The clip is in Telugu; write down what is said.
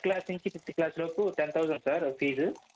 ఫస్ట్ క్లాస్ నుంచి ఫిఫ్త్ క్లాస్ లోపు టెన్ థౌసండ్ సార్ ఫీజు